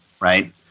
right